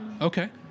Okay